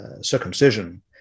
circumcision